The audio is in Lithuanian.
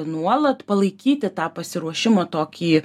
nuolat palaikyti tą pasiruošimą tokį